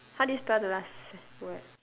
how do you spell the last word